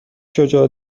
شجاع